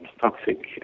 toxic